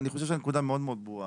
אני חושב שהנקודה מאוד ברורה.